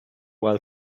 while